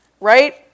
right